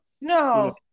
no